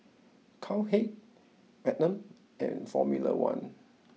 Cowhead Magnum and Formula One